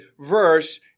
verse